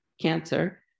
cancer